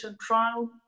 trial